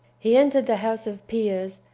he entered the house of peers,